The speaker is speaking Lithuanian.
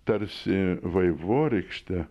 tarsi vaivorykštė